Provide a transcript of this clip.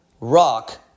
rock